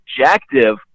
objective